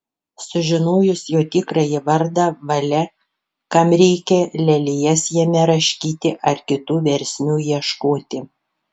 sužinojus jo tikrąjį vardą valia kam reikia lelijas jame raškyti ar kitų versmių ieškoti